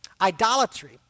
idolatry